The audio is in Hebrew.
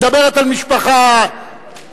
היא מדברת על משפחה שכולה.